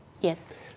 Yes